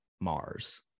Mars